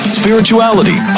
spirituality